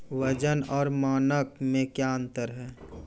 वजन और मानक मे क्या अंतर हैं?